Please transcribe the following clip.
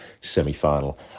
semi-final